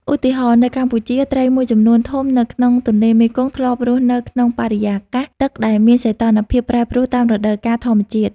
ឧទាហរណ៍ នៅកម្ពុជា ត្រីមួយចំនួនធំនៅក្នុងទន្លេមេគង្គធ្លាប់រស់នៅក្នុងបរិយាកាសទឹកដែលមានសីតុណ្ហភាពប្រែប្រួលតាមរដូវកាលធម្មជាតិ។